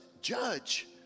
judge